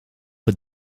het